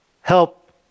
help